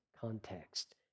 context